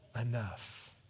enough